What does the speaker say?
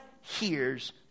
hears